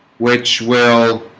which will